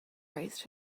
raised